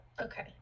Okay